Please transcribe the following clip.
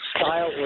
style